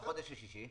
והחודש השישי?